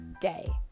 day